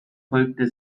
folgte